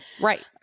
Right